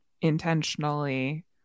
intentionally